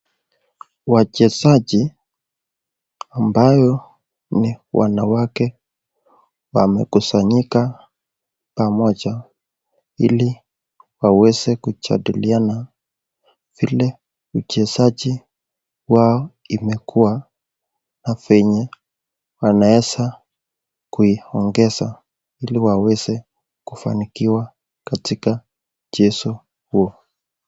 Wachezaji ambao ni wanawake wamekusanyika pamoja ili waweze kujadiliana vile uchezaji wao imekuwa na venye wanaweza kuiongeza ili waweze kufanikiwa katika mchezo huo.